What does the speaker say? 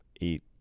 eat